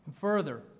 Further